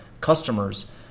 customers